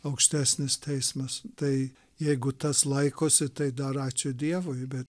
aukštesnis teismas tai jeigu tas laikosi tai dar ačiū dievui bet